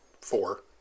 four